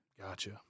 Gotcha